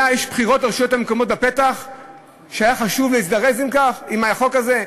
יש בחירות לרשויות המקומיות בפתח שהיה חשוב להזדרז עם החוק הזה?